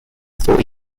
thought